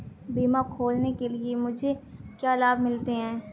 बीमा खोलने के लिए मुझे क्या लाभ मिलते हैं?